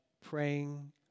praying